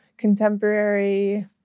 contemporary